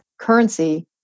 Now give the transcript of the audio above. currency